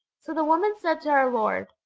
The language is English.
so the woman said to our lord,